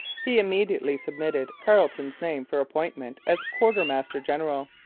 he immediately submitted carleton's name for appointment as quartermaster-general.